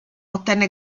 ottenne